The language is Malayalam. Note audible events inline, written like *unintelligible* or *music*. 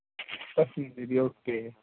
okay *unintelligible* okay